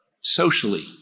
socially